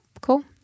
cool